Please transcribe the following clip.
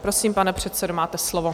Prosím, pane předsedo, máte slovo.